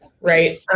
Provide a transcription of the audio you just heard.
Right